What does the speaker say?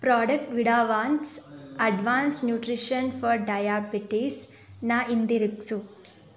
product ವೀಡಾವಾನ್ಸ್ advanced nutrition for ಡಯಾಬಿಟೀಸ್ನ ಹಿಂದಿರುಗಿಸಿ